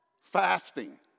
fasting